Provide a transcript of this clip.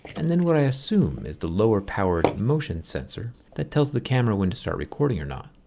and then what i assume is the lower power in motion sensor that tells the camera when to start recording or not.